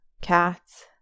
cats